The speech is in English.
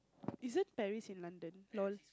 isn't Paris in London lol